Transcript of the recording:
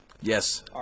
Yes